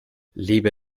lebe